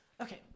Okay